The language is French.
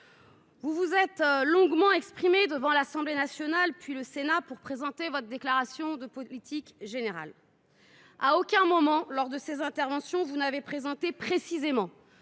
vous vous êtes longuement exprimé devant l’Assemblée nationale, puis devant le Sénat pour présenter votre déclaration de politique générale. À aucun moment lors de ces interventions, vous n’avez présenté précisément